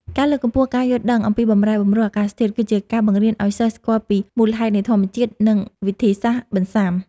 ការលើកកម្ពស់ការយល់ដឹងអំពីបម្រែបម្រួលអាកាសធាតុ គឺជាការបង្រៀនឱ្យសិស្សស្គាល់ពីមូលហេតុនៃធម្មជាតិ និង វិធីសាស្ត្របន្សុាំ។